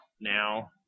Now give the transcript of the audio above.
now